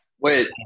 Wait